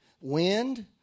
Wind